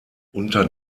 unter